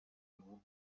you